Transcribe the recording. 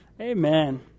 Amen